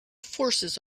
forces